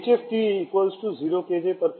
TE 0 kJkg sf